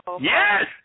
Yes